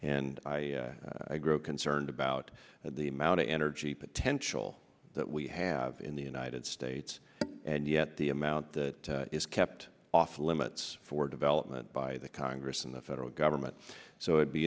and i grow concerned about the amount of energy potential that we have in the united states and yet the amount that is kept off limits for development by the congress and the federal government so i'd be